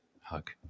hug